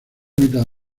mitad